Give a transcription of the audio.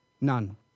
None